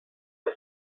was